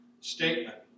statement